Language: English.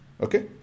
Okay